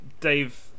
Dave